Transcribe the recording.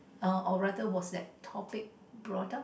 uh or rather was that topic brought up